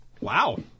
Wow